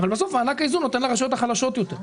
אבל בסוף מענק האיזון נותן לרשויות החלשות יותר.